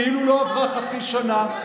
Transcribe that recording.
כאילו לא עברה חצי שנה,